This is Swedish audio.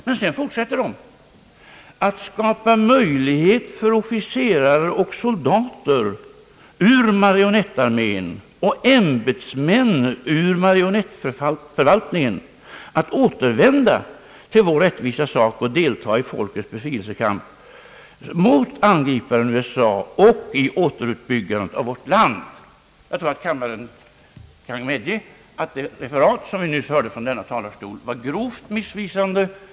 Men sedan fortsätter det: »Att skapa möjligheter för officerare och soldater ur marionettarmén och ämbetsmän ur marionettförvaltningen att återvända till vår rättvisosak och delta i folkets befrielsekamp mot angriparen USA och i återuppbyggandet av vårt land.» Jag tror att kammaren kan medge att det referat vi nyss hörde från denna talarstol var grovt missvisande.